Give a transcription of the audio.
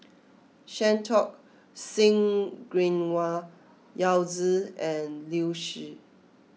Santokh Singh Grewal Yao Zi and Liu Si